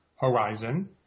horizon